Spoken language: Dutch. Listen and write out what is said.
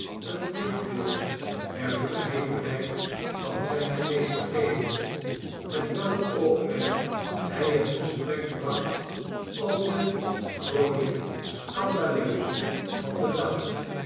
een denkbeeld der verhevenheid van zijn geest te geven met welk oogmerk hij het gesprek bracht op de cronique scandaleuse van den dag